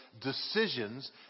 decisions